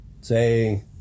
Say